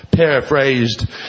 paraphrased